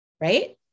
right